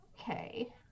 okay